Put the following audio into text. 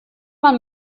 mal